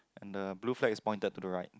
and the blue flag is pointed to the right